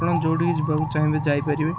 ଆପଣ ଯେଉଁଠିକୁ ଯିବାକୁ ଚାହିଁବେ ଯାଇପାରିବେ